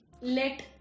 let